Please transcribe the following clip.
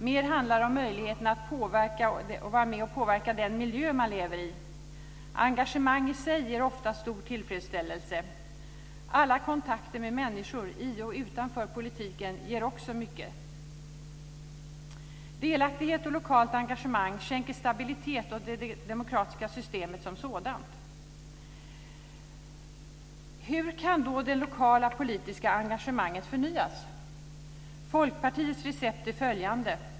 Mer handlar det om möjligheten att vara med om att påverka den miljö som man lever i. Engagemang ger i sig ofta stor tillfredsställelse. Också alla kontakter med människor i och utanför politiken ger mycket. Delaktighet och lokalt engagemang skänker stabilitet åt det demokratiska systemet som sådant. Hur kan då det lokala politiska engagemanget förnyas? Folkpartiets recept är följande.